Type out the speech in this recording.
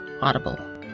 Audible